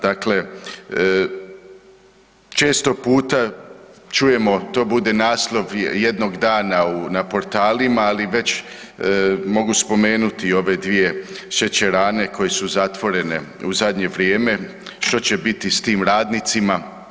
Dakle, često puta čujemo, to bude naslov jednog dana na portalima, ali već mogu spomenuti i ove dvije šećerane koje su zatvorene u zadnje vrijeme, što će biti s tim radnicima.